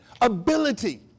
Ability